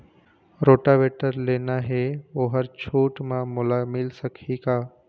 Rotavator लेना हे ओहर छूट म मोला मिल सकही का?